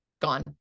gone